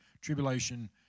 tribulation